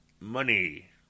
money